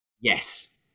Yes